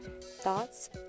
thoughts